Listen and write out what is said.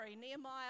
Nehemiah